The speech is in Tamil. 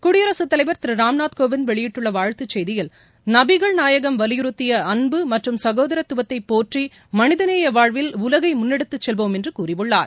குடியரகத்தலைவர் திரு ராம்நாத் கோவிந்த் வெளியிட்டுள்ள வாழ்த்து செய்தியில் நபிகள் நாயகம் வலியுறுத்திய அன்பு மற்றும் சகோதரத்துவத்தை போற்றி மனிதநேய வழியில் உலகை முன்னெடுத்துச் செல்வோம் என்று கூறியுள்ளார்